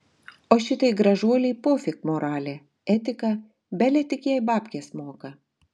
o šitai gražuolei pofik moralė etika bele tik jai babkes moka